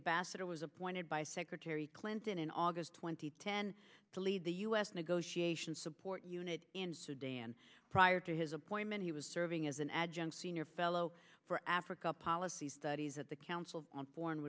ambassador was appointed by secretary clinton in august twenty ten to lead the u s negotiation support unit prior to his appointment he was serving as an adjunct senior fellow for africa policy studies at the council on foreign